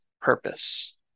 purpose